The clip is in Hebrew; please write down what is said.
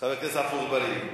חבר הכנסת עפו אגבאריה?